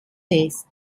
fest